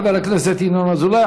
תודה רבה לחבר הכנסת ינון אזולאי.